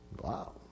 Wow